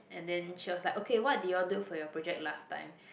and then she was like okay what did you all do for your project last time